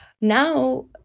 now